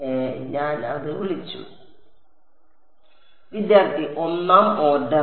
അതിനാൽ ഞാൻ അത് വിളിച്ചു വിദ്യാർത്ഥി ഒന്നാം ഓർഡർ